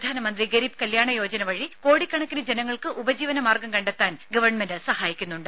പ്രധാനമന്ത്രി ഗരീബ് കല്യാണ യോജന വഴി കോടിക്കണക്കിന് ജനങ്ങൾക്ക് ഉപജീവന മാർഗ്ഗം കണ്ടെത്താൻ ഗവൺമെന്റ് സഹായിക്കുന്നുണ്ട്